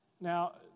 Now